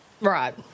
Right